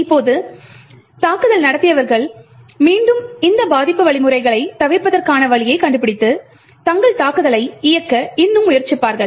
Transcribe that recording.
இப்போது தாக்குதல் நடத்தியவர்கள் மீண்டும் இந்த பாதுகாப்பு வழிமுறைகளைத் தவிர்ப்பதற்கான வழியைக் கண்டுபிடித்து தங்கள் தாக்குதலை இயக்க இன்னும் முயற்சிப்பார்கள்